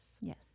Yes